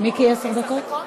עשר דקות?